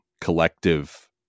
collective